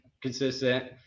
Consistent